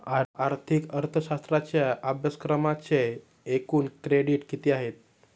आर्थिक अर्थशास्त्राच्या अभ्यासक्रमाचे एकूण क्रेडिट किती आहेत?